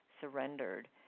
surrendered